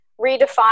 redefine